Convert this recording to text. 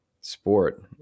sport